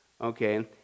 okay